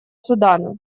судана